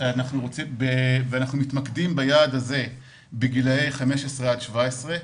אנחנו מתמקדים ביעד הזה בגילאי 15 עד 17,